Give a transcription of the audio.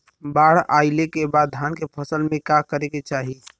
बाढ़ आइले के बाद धान के फसल में का करे के चाही?